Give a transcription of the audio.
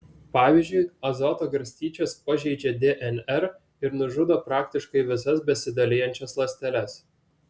pavyzdžiui azoto garstyčios pažeidžia dnr ir nužudo praktiškai visas besidalijančias ląsteles